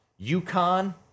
UConn